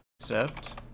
accept